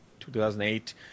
2008